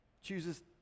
chooses